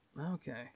Okay